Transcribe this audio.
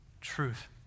truth